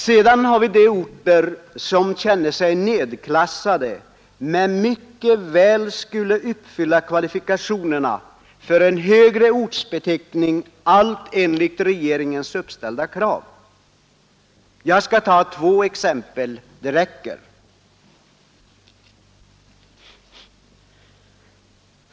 Sedan har vi de orter som känner sig nedklassade eftersom de mycket väl uppfyller kvalifikationerna för en högre ortsbeteckning enligt regeringens uppställda krav. Jag skall ta två exempel — det räcker.